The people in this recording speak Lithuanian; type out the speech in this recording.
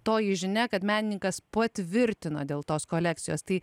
toji žinia kad menininkas patvirtino dėl tos kolekcijos tai